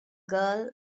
girl